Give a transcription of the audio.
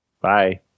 Bye